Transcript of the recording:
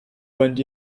went